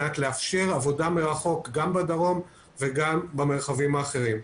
לאפשר עבודה מרחוק גם בדרום וגם במרחבים האחרים.